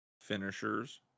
Finishers